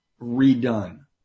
redone